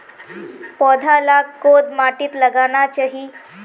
पौधा लाक कोद माटित लगाना चही?